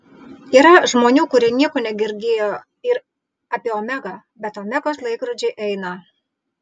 yra žmonių kurie nieko negirdėjo ir apie omegą bet omegos laikrodžiai eina